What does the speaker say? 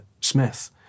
smith